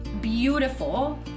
beautiful